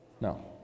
No